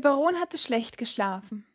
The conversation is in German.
baron hatte schlecht geschlafen